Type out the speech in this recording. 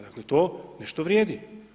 Dakle, to nešto vrijedi.